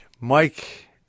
Mike